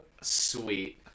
Sweet